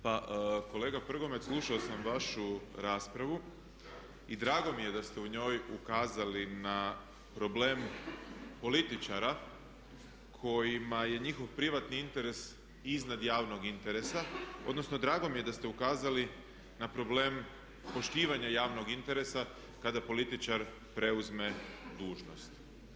Pa kolega Prgomet, slušao sam vašu raspravu i drago mi je da ste u njoj ukazali na problem političara kojima je njihov privatni interes iznad javnog interesa odnosno drago mi je da ste ukazali na problem poštivanja javnog interesa kada političar preuzme dužnost.